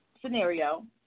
scenario